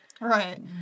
Right